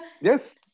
Yes